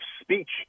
speech